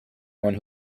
one